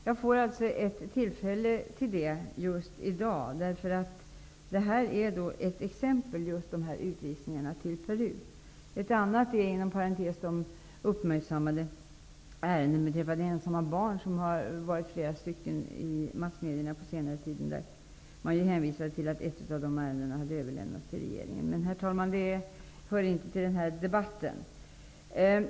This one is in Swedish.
Jag får tillfälle till det just i dag, därför att dessa utvisningar till Peru utgör ett exempel. Ett annat exempel är inom parentes sagt de uppmärksammade ärendena med ensamma barn, varav flera tagits upp i massmedierna på senare tid. Man hänvisade till att ett av de ärendena hade överlämnats till regeringen. Men det, herr talman, hör inte till den här debatten.